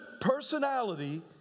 personality